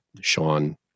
sean